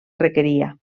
requeria